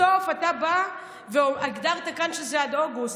בסוף אתה בא, והגדרת כאן שזה עד אוגוסט.